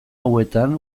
hauetan